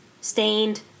stained